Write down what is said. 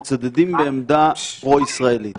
שמתנגדים לבנייה בלתי חוקית ישראלית